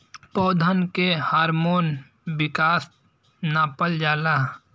पौधन के हार्मोन विकास नापल जाला